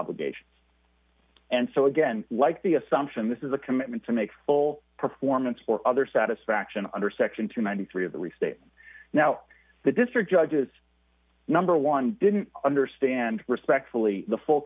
obligation and so again like the assumption this is a commitment to make full performance for other satisfaction under section two hundred and ninety three of the re state now the district judges number one didn't understand respectfully the full